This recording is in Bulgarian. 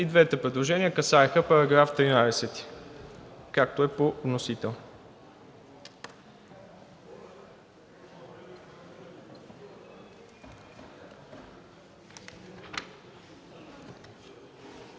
И двете предложения касаят § 13, както е по вносител.